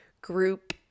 group